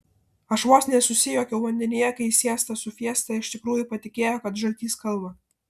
aš vos nesusijuokiau vandenyje kai siesta su fiesta iš tikrųjų patikėjo kad žaltys kalba